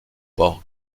borg